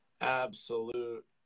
absolute